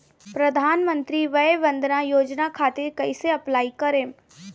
प्रधानमंत्री वय वन्द ना योजना खातिर कइसे अप्लाई करेम?